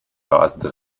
rasende